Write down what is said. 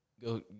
go –